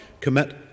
commit